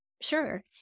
Sure